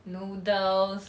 noodles